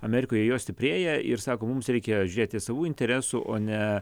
amerikoje jo stiprėja ir sako mums reikėjo žiūrėti savų interesų o ne